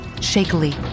shakily